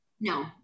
No